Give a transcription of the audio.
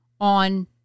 On